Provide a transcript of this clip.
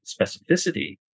specificity